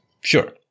Sure